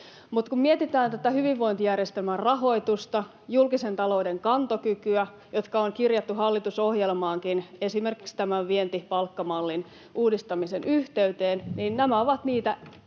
aina. Kun mietitään hyvinvointijärjestelmän rahoitusta ja julkisen talouden kantokykyä, jotka on kirjattu hallitusohjelmaankin, esimerkiksi tämän vientipalkkamallin uudistamisen yhteyteen, niin nämä ovat juuri